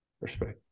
Respect